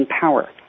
power